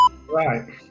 Right